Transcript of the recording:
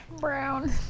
Brown